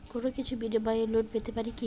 কোনো কিছুর বিনিময়ে লোন পেতে পারি কি?